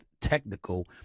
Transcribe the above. technical